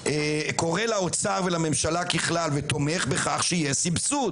קורא לאוצר ולממשלה ככלל, ותומך בכך שיהיה סבסוד.